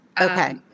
okay